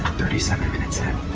thirty seven minutes in.